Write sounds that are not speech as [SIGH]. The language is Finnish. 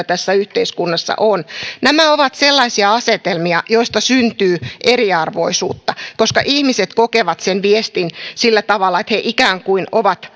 [UNINTELLIGIBLE] tässä yhteiskunnassa on nämä ovat sellaisia asetelmia joista syntyy eriarvoisuutta koska ihmiset kokevat sen viestin sillä tavalla että he ikään kuin ovat [UNINTELLIGIBLE]